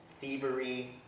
thievery